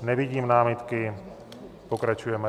Nevidím námitky, pokračujeme dál.